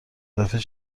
دفعه